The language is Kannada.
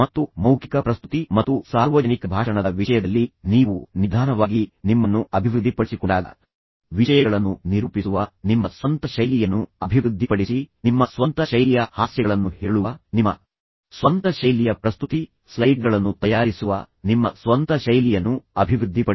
ಮತ್ತು ಮೌಖಿಕ ಪ್ರಸ್ತುತಿ ಮತ್ತು ಸಾರ್ವಜನಿಕ ಭಾಷಣದ ವಿಷಯದಲ್ಲಿ ನೀವು ನಿಧಾನವಾಗಿ ನಿಮ್ಮನ್ನು ಅಭಿವೃದ್ಧಿಪಡಿಸಿಕೊಂಡಾಗ ವಿಷಯಗಳನ್ನು ನಿರೂಪಿಸುವ ನಿಮ್ಮ ಸ್ವಂತ ಶೈಲಿಯನ್ನು ಅಭಿವೃದ್ಧಿಪಡಿಸಿ ನಿಮ್ಮ ಸ್ವಂತ ಶೈಲಿಯ ಹಾಸ್ಯಗಳನ್ನು ಹೇಳುವ ನಿಮ್ಮ ಸ್ವಂತ ಶೈಲಿಯ ಪ್ರಸ್ತುತಿ ಸ್ಲೈಡ್ಗಳನ್ನು ತಯಾರಿಸುವ ನಿಮ್ಮ ಸ್ವಂತ ಶೈಲಿಯನ್ನು ಅಭಿವೃದ್ಧಿಪಡಿಸಿ